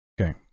Okay